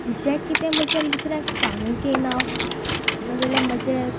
जें कितें म्हज्यान दुसऱ्यांक सांगूंक येना नाजाल्यार म्हजे